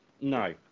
No